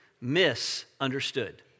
misunderstood